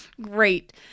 great